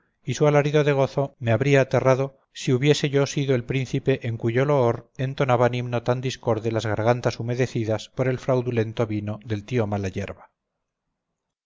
y su alarido de gozo me habría aterrado si hubiese yo sido el príncipe en cuyo loor entonaban himno tan discorde las gargantas humedecidas por el fraudulento vino del tío